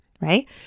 right